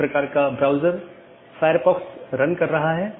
जिसके माध्यम से AS hops लेता है